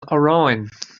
aráin